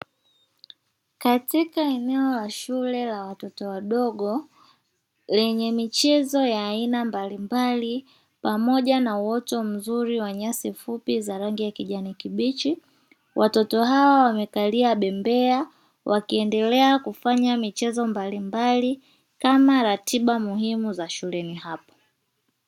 Katika eneo la shule la watoto wadogo lenye michezo ya aina mbalimbali, pamoja na uoto mzuri wa nyasi fupi za rangi ya kijani kibichi. Watoto hawa wamekalia bembea wakiendelea kufanya michezo mbalimbali kama ratiba muhimu za shuleni hapo.